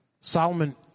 Solomon